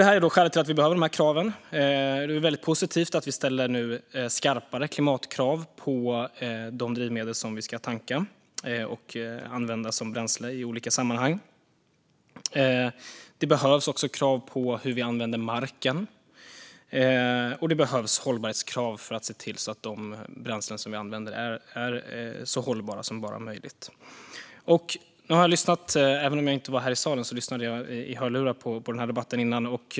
Detta är skälet till att vi behöver de här kraven. Det är väldigt positivt att vi nu ställer skarpare klimatkrav på de drivmedel som vi ska tanka och använda som bränsle i olika sammanhang. Det behövs krav på hur vi använder marken. Det behövs också hållbarhetskrav, så att de bränslen som vi använder är så hållbara som det bara är möjligt. När jag inte var här i salen lyssnade jag på den här debatten i hörlurar.